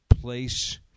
place